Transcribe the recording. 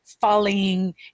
falling